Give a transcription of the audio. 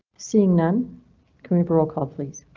seeing none come over or call please.